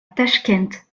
tachkent